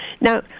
Now